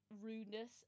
rudeness